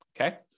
okay